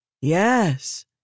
Yes